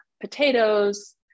potatoes